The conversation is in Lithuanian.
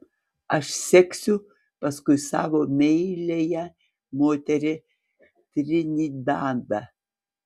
aš seksiu paskui savo meiliąją moterį į trinidadą